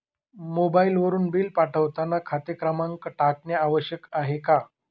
मोबाईलवरून बिल पाठवताना खाते क्रमांक टाकणे आवश्यक आहे का?